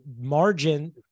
margin